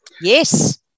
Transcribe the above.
Yes